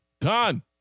Done